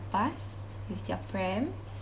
bus with their prams